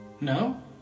No